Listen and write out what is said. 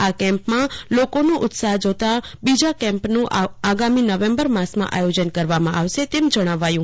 આ કેમ્પમાં લોકોનો ઉત્સાહ જોતા બીજા કેમ્પનું નવેમ્બર મહિનામાં આયોજન કરવામાં આવશે એમ જણાવ્યું હતું